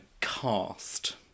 cast